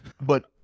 But-